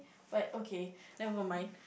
but okay never mind